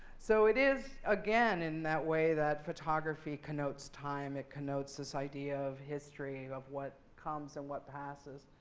so it is, again, in that way that photography connotes time. it connotes this idea of history of what comes and what passes.